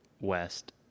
west